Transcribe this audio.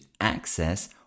access